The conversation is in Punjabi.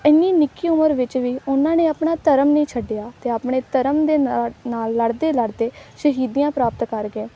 ਇੰਨੀ ਨਿੱਕੀ ਉਮਰ ਵਿੱਚ ਵੀ ਉਹਨਾਂ ਨੇ ਆਪਣਾ ਧਰਮ ਨਹੀਂ ਛੱਡਿਆ ਅਤੇ ਆਪਣੇ ਧਰਮ ਦੇ ਨਾਲ ਨਾਲ ਲੜਦੇ ਲੜਦੇ ਸ਼ਹੀਦੀਆਂ ਪ੍ਰਾਪਤ ਕਰ ਗਏ